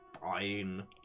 fine